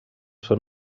són